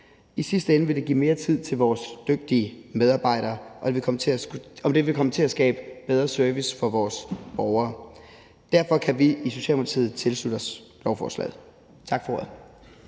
i sidste ende give mere tid til vores dygtige medarbejdere, og det vil komme til at skabe bedre service for vores borgere. Derfor kan vi i Socialdemokratiet tilslutte os lovforslaget. Tak for ordet.